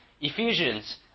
Ephesians